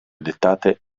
dettate